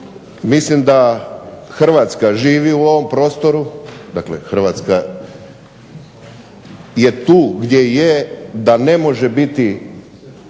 mislim da Hrvatska živi u tom prostoru, Hrvatska je tu gdje je, da ne može biti